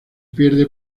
pierde